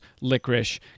licorice